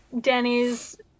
Danny's